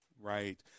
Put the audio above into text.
Right